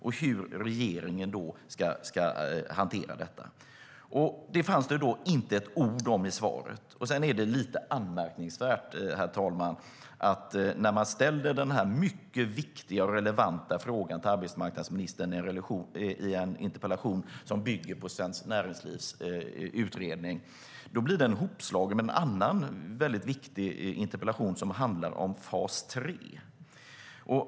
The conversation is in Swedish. Hur ska regeringen hantera detta? Det fanns inte ett ord om det i svaret. Herr talman! Det är lite anmärkningsvärt att när man ställer denna mycket viktiga och relevanta frågan till arbetsmarknadsministern i en interpellation som bygger på Svenskt Näringslivs utredning blir den hopslagen med en annan viktig interpellation som handlar om fas 3.